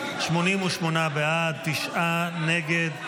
88 בעד, תשעה נגד.